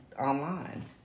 online